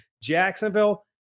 Jacksonville